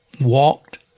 walked